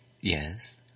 Yes